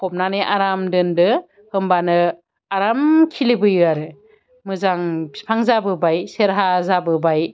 फबनानै आराम दोनदो होमबानो आराम खिलिबोयो आरो मोजां फिफां जाबोबाय सेरहा जाबोबाय